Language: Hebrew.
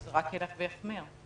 זה רק ילך ויחמיר.